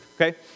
okay